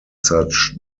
such